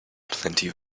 plenty